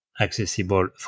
accessible